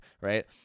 right